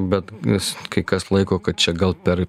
bet nes kai kas laiko kad čia gal per